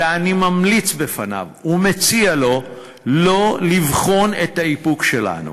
ואני ממליץ בפניו ומציע לו לא לבחון את האיפוק שלנו.